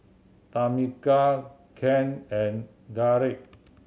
Tamica Kennth and Garret